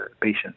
patients